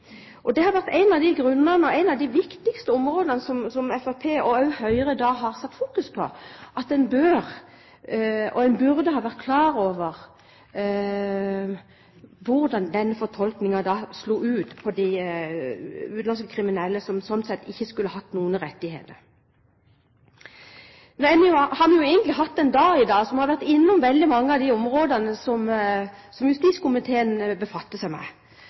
har ikke grensedragningen vært synlig for hvilke rettigheter den enkelte som sitter inne, har. Det har vært et av de viktigste områdene som Fremskrittspartiet og også Høyre har satt fokus på, at man burde ha vært klar over hvordan den fortolkningen ville slå ut for de utenlandske kriminelle som sånn sett ikke skulle hatt noen rettigheter. Vi har egentlig hatt en dag i dag som har vært innom veldig mange av de områdene som justiskomiteen befatter seg med,